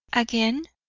again,